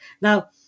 Now